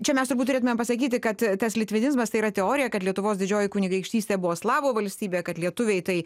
čia mes turbūt turėtumėm pasakyti kad tas litvinizmas tai yra teorija kad lietuvos didžioji kunigaikštystė buvo slavų valstybė kad lietuviai tai